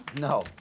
No